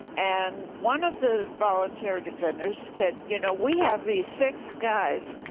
and one of the volunteer defenders said, you know, we have these six guys.